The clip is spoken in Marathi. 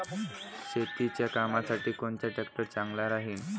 शेतीच्या कामासाठी कोनचा ट्रॅक्टर चांगला राहीन?